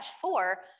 four